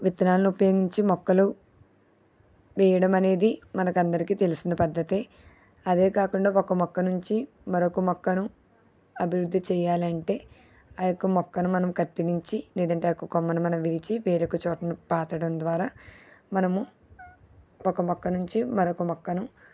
విత్తనాలను ఉపయోగించి మొక్కలు వేయడం అనేది మనకందరికి తెలిసిన పద్ధతి అదే కాకుండా ఒక మొక్క నుంచి మరొక మొక్కను అభివృద్ధి చేయాలంటే ఆ యొక్క మొక్కను మనం కత్తిరించి లేదంటే ఒక యొక్క కొమ్మని మనం విడిచి వేరొక చోటను పాతడం ద్వారా మనము ఒక మొక్క నుంచి మరొక మొక్కను